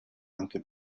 anche